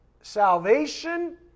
salvation